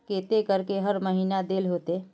केते करके हर महीना देल होते?